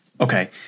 okay